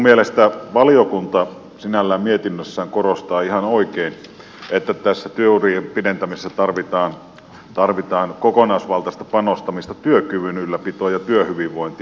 minun mielestäni valiokunta mietinnössään korostaa sinällään ihan oikein että tässä työurien pidentämisessä tarvitaan kokonaisvaltaista panostamista työkyvyn ylläpitoon ja työhyvinvointiin